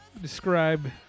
Describe